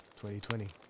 2020